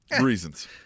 reasons